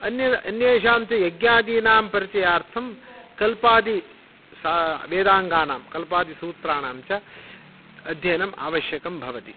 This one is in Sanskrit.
अन्येषां तु यज्ञादिनां परिचयार्थं कल्पादि वेदाङ्गानां कल्पादि सूत्राणाञ्च अध्ययनम् आवश्यकं भवति